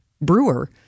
brewer